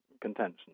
contention